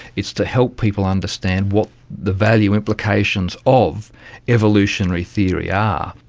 it's to help people understand what the value implications of evolutionary theory are,